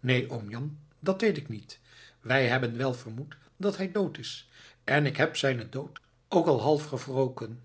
neen oom jan dat weet ik niet wij hebben wel vermoed dat hij dood is en ik heb zijnen dood ook al half gewroken